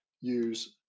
use